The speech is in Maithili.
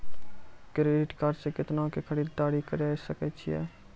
क्रेडिट कार्ड से कितना के खरीददारी करे सकय छियै?